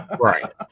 Right